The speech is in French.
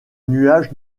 nuage